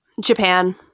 Japan